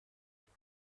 داور